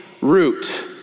root